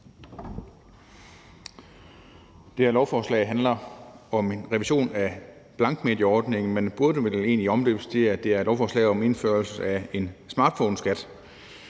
Det her lovforslag handler om revision af blankmedieordningen, men burde vel egentlig omdøbes, da det er et lovforslag om indførelse af en smartphoneskat.